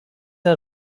are